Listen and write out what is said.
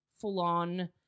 full-on